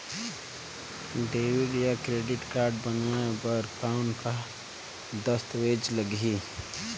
Debit या credit card बनवाय बर कौन का दस्तावेज लगही?